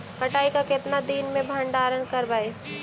कटाई के कितना दिन मे भंडारन करबय?